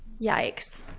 yikes.